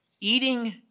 eating